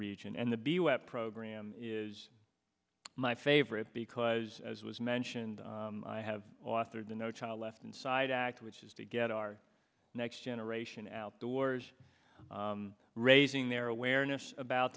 region and the be web program is my favorite because as was mentioned i have authored the no child left inside act which is to get our next generation outdoors raising their awareness about